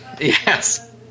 Yes